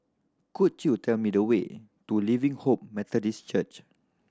could you tell me the way to Living Hope Methodist Church